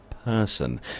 person